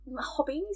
hobbies